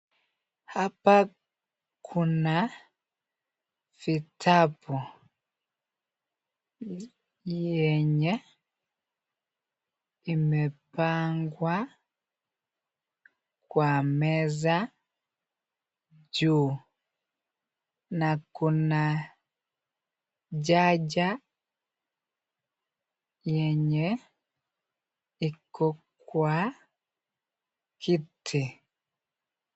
Hapa kuna vitabu yenye imepangwa kwa meza juu na kuna Charger yenye iko kwa kiti.